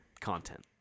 Content